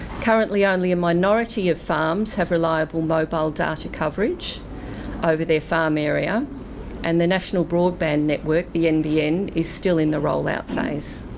currently only a minority of farms have reliable mobile data coverage over their farm area and the national broadband network, the nbn, is still in the rollout phase.